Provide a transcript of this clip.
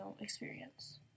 experience